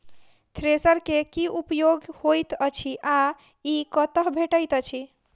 Thresher केँ की उपयोग होइत अछि आ ई कतह भेटइत अछि?